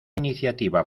iniciativa